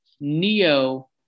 neo